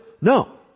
No